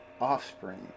offspring